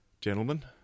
gentlemen